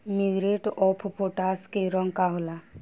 Muriate of potash के रंग का होला?